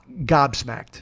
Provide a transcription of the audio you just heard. gobsmacked